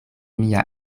mia